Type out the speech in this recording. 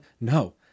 No